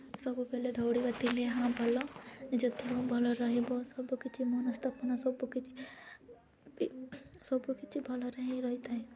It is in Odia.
ସବୁବେଳେ ଦୌଡ଼ିବା ଥିଲେ ହଁ ଭଲ ନିଜ ଦେହ ଭଲରେ ରହିବ ସବୁକିଛି ସବୁକିଛି ବି ସବୁକିଛି ଭଲରେ ହିଁ ରହିଥାଏ